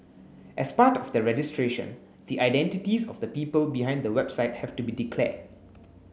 as part of the registration the identities of the people behind the website have to be declared